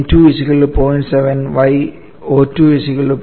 79 yO2 0